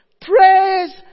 Praise